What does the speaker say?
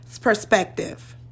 perspective